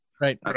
right